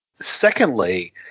Secondly